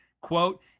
Quote